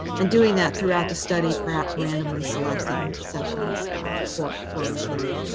and doing that throughout the study, perhaps randomly selecting sessions for for review.